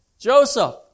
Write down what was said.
Joseph